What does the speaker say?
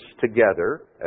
together